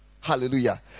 hallelujah